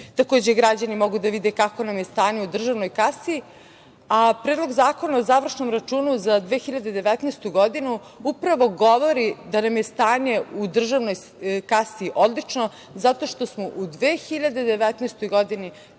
period. Takođe, građani mogu da vide kakvo nam je stanje u državnoj kasi, a predlog zakona o završnom računu za 2019. godinu upravo govori da nam je stanje u državnoj kasi odlično zato što smo u 2019. godini